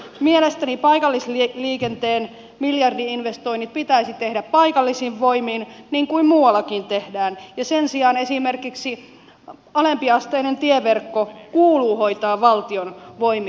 mielestäni paikallisliikenteen miljardi investoinnit pitäisi tehdä paikallisin voimin niin kuin muuallakin tehdään ja sen sijaan esimerkiksi alempiasteinen tieverkko kuuluu hoitaa valtion voimin